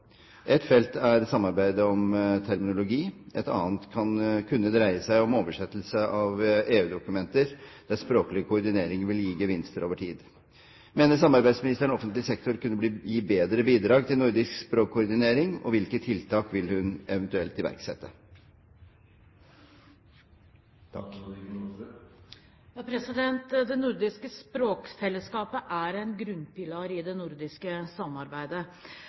Et felt er samarbeidet om terminologiarbeidet, et annet kunne være samarbeid om oversettelsene av EU-dokumenter, der språklig koordinering ville gi gevinster over tid. Mener statsråden offentlig sektor kunne gi bedre bidrag til nordisk språkkoordinering, og hvilke tiltak vil hun eventuelt iverksette?» Det nordiske språkfellesskapet er en grunnpilar i det nordiske samarbeidet.